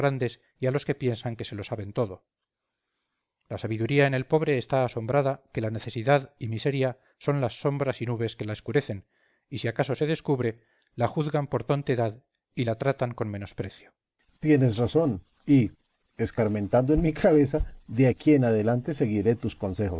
y a los que piensan que se lo saben todo la sabiduría en el pobre está asombrada que la necesidad y miseria son las sombras y nubes que la escurecen y si acaso se descubre la juzgan por tontedad y la tratan con menosprecio berganza tienes razón y escarmentando en mi cabeza de aquí adelante seguiré tus consejos